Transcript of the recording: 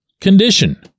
condition